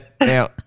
now